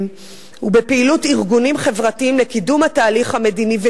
ובפעילות ארגונים חברתיים לקידום התהליך המדיני.